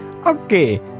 Okay